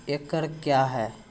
एकड कया हैं?